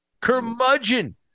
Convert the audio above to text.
Curmudgeon